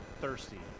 thirsty